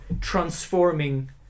transforming